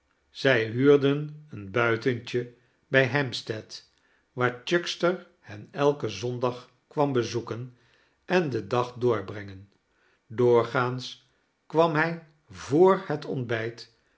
zij huurden een buitentje bij hampstead waar chuckster hen elken zondag kwam bezoeken en den dag doorbrengen doorgaans kwam hij voor het ontbijt